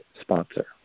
sponsor